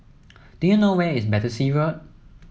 do you know where is Battersea Road